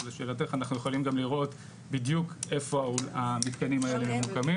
אז לשאלתך אנחנו יכולים לראות בדיוק איפה המתקנים האלה ממוקמים.